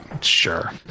Sure